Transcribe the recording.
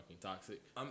toxic